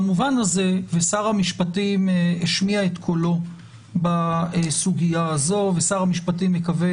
שר המשפטים השמיע את קולו בסוגיה הזו ושר המשפטים מקווה